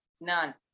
None